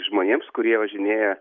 žmonėms kurie važinėja